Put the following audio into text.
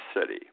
City